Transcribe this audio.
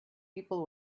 people